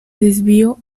desvío